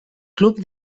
club